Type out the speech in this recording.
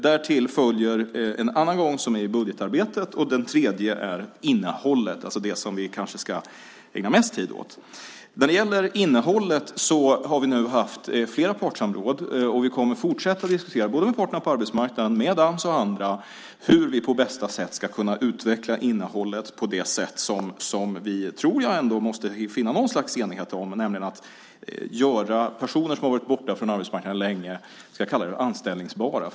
Därtill följer en annan väg, som är budgetarbetet, och den tredje är innehållet, alltså det som vi kanske ska ägna mest tid åt. När det gäller innehållet har vi nu haft flera partssamråd, och vi kommer att fortsätta diskutera med både parterna på arbetsmarknaden, Ams och andra hur vi på bästa sätt ska kunna utveckla innehållet på det sätt som vi, tror jag, ändå måste finna något slags enighet om, nämligen att göra personer som har varit borta från arbetsmarknaden så att säga anställningsbara.